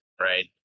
right